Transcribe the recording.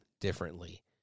differently